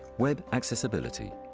web accessibility,